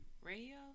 Radio